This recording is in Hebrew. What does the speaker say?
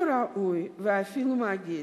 אינו ראוי, ואפילו מגעיל,